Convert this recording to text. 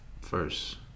first